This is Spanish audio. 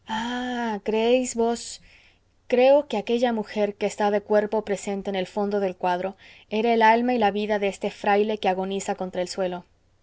creéis vos creo que aquella mujer que está de cuerpo presente en el fondo del cuadro era el alma y la vida de este fraile que agoniza contra el suelo